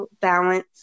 balance